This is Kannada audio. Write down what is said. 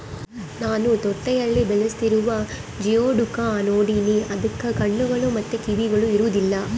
ನಾನು ತೊಟ್ಟಿಯಲ್ಲಿ ಬೆಳೆಸ್ತಿರುವ ಜಿಯೋಡುಕ್ ನೋಡಿನಿ, ಅದಕ್ಕ ಕಣ್ಣುಗಳು ಮತ್ತೆ ಕಿವಿಗಳು ಇರೊದಿಲ್ಲ